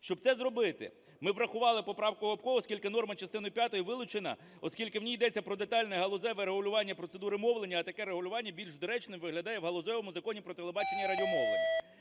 Щоб це зробити, ми врахували поправку Гопко, оскільки норма частини п'ятої вилучена, оскільки в ній йдеться про детальне галузеве регулювання процедури мовлення, а таке регулювання більш доречним виглядає в галузевому Законі "Про телебачення і радіомовлення".